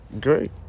Great